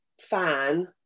fan